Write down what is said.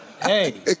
hey